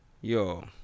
Yo